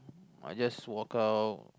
I just walk out